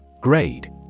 Grade